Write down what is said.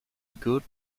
good